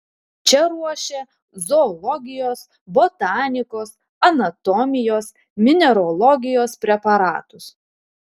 čia ruošė zoologijos botanikos anatomijos mineralogijos preparatus